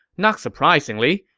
not surprisingly,